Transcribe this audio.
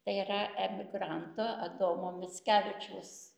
tai yra emigranto adomo mickevičiaus